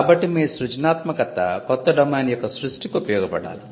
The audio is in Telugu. కాబట్టి మీ సృజనాత్మకత కొత్త డొమైన్ యొక్క సృష్టికి ఉపయోగపడాలి